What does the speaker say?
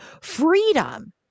freedom